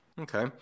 Okay